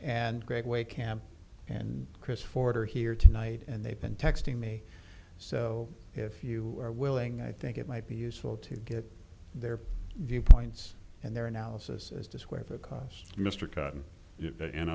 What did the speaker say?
and greg way camp and chris ford are here tonight and they've been texting me so if you are willing i think it might be useful to get their viewpoints and their analysis as to where because mr cotton and